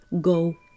go